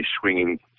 swinging